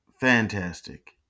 fantastic